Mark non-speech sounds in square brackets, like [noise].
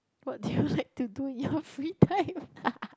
[laughs] what do you like to do in your free time